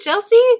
Chelsea